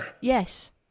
Yes